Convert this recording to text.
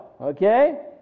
okay